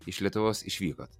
iš lietuvos išvykot